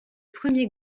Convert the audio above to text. premier